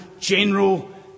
General